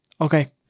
Okay